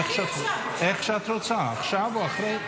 איך שאת רוצה, עכשיו או אחרי.